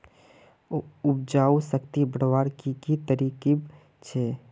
उपजाऊ शक्ति बढ़वार की की तरकीब छे?